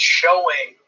showing